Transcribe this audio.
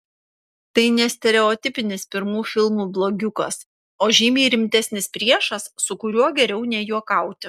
tai ne stereotipinis pirmų filmų blogiukas o žymiai rimtesnis priešas su kuriuo geriau nejuokauti